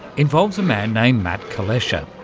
involves a man named matt kulesza.